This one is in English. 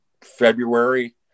February